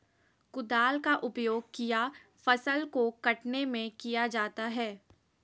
कुदाल का उपयोग किया फसल को कटने में किया जाता हैं?